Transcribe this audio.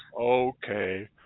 Okay